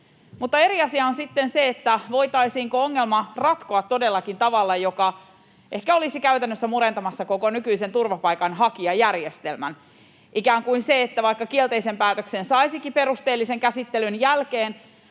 eri asia on sitten se, voitaisiinko ongelma todellakin ratkoa tavalla, joka ehkä olisi käytännössä murentamassa koko nykyisen turvapaikanhakijajärjestelmän, ikään kuin että vaikka saisikin perusteellisen käsittelyn jälkeen